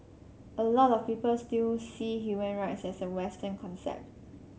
a lot of people still see human rights as a Western concept